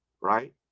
right